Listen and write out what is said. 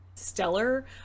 stellar